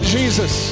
Jesus